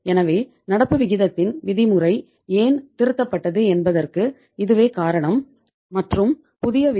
எனவே நடப்பு விகிதத்தின் விதிமுறை ஏன் திருத்தப்பட்டது என்பதற்கு இதுவே காரணம் மற்றும் புதிய விதிமுறை 1